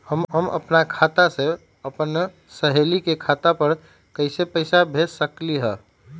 हम अपना खाता से अपन सहेली के खाता पर कइसे पैसा भेज सकली ह?